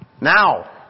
Now